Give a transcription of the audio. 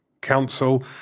council